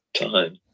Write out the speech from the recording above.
time